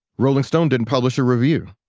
rolling stone didn't publish a review.